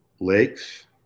lakes